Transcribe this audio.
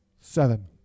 seven